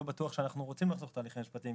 אני לא בטוח שאנחנו רוצים לחסוך את ההליכים המשפטיים,